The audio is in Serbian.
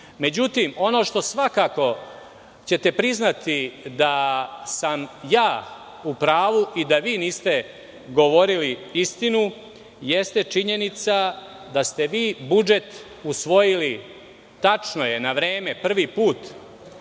istinu.Međutim, ono što svakako ćete priznati da sam ja u pravu i da vi niste govorili istinu, jeste činjenica da ste vi budžet usvojili. Tačno je na vreme, prvi put,